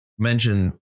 Mention